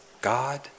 God